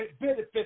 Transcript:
benefits